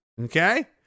okay